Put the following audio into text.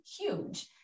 huge